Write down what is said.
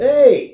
Hey